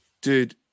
Dude